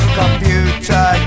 computer